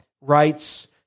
rights